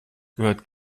gehört